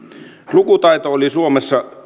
lukutaito oli suomessa